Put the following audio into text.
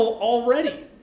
already